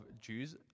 Jews